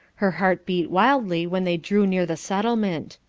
her heart beat wildly when they drew near the settlement.